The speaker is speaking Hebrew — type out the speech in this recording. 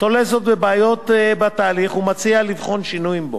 תולה זאת בבעיות בתהליך ומציע לבחון שינויים בו.